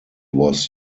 was